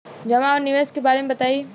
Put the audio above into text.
जमा और निवेश के बारे मे बतायी?